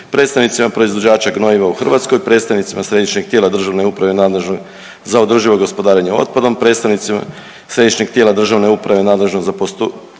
predstavnicima proizvođača gnojiva u Hrvatskoj, predstavnicima Središnjeg tijela državne uprave nadležne za održivo gospodarenje otpadom, predstavnicima Središnjeg tijela državne uprave nadležnog za postupak